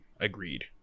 agreed